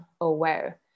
aware